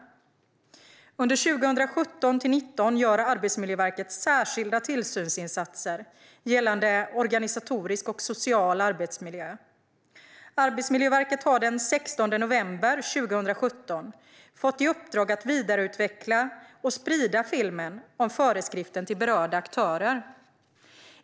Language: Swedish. Under 2017-2019 gör Arbetsmiljöverket särskilda tillsynsinsatser gällande organisatorisk och social arbetsmiljö. Arbetsmiljöverket har den 16 november 2017 fått i uppdrag att vidareutveckla och sprida filmen om föreskriften till berörda aktörer.